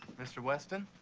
mr. weston.